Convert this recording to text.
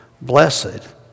blessed